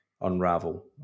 unravel